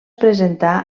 presentà